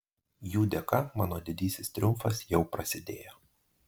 jų dėka mano didysis triumfas jau prasidėjo